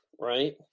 Right